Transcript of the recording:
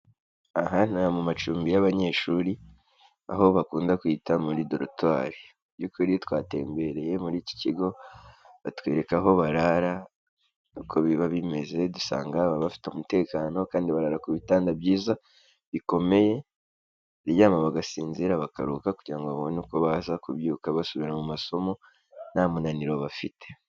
Aha ni mu macumbi y'abanyeshuri, aho bakunda kwita muri dorutwari. Mu by'ukuri twatembereye muri iki kigo, batwereka aho barara uko biba bimeze, dusanga bafite umutekano kandi barara ku bitanda byiza bikomeye. Bararyama bagasinzira bakaruhuka, kugira ngo babone uko baza kubyuka basubira mu masomo, nta munaniro bafite.